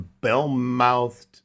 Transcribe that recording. bell-mouthed